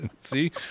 See